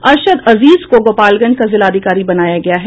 अरशद अजीज को गोपालगंज का जिलाधिकारी बनाया गया है